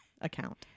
account